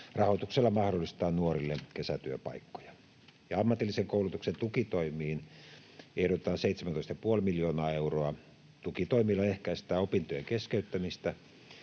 Rahoituksella mahdollistetaan nuorille kesätyöpaikkoja. Ammatillisen koulutuksen tukitoimiin ehdotetaan 17,5 miljoonaa euroa. Tukitoimilla ehkäistään opintojen keskeyttämistä,